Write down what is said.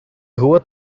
rua